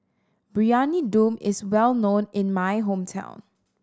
Briyani Dum is well known in my hometown